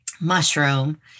mushroom